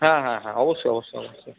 হ্যাঁ হ্যাঁ হ্যাঁ অবশ্যই অবশ্যই অবশ্যই